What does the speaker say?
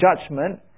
judgment